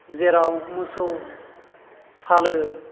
जेराव मोसौ फालो